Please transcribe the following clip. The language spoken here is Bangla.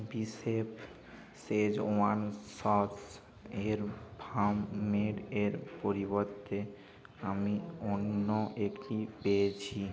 বিশেফ শেজওয়ান সস এর ফার্ম মেড এর পরিবর্তে আমি অন্য একটি পেয়েছি